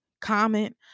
comment